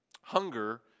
hunger